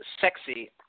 sexy